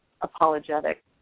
apologetic